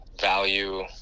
value